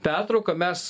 pertrauką mes